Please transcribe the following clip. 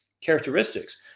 characteristics